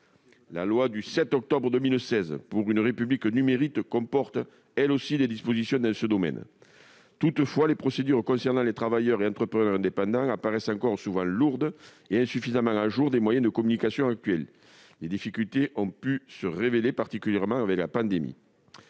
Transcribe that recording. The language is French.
La loi du 7 octobre 2016 pour une République numérique comporte, elle aussi, des dispositions dans ce domaine. Toutefois, les procédures concernant les travailleurs et entrepreneurs indépendants apparaissent encore souvent trop lourdes et insuffisamment à jour au regard des moyens de communication actuelle. Certaines difficultés se sont d'ailleurs révélées tout particulièrement durant la pandémie.